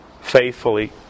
faithfully